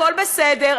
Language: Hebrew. הכול בסדר,